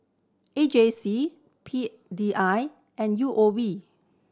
A J C P D I and U O B